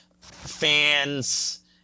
fans